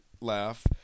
laugh